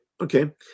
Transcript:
Okay